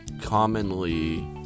commonly